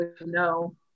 No